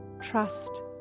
TRUST